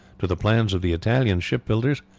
to the plans of the italian shipbuilders,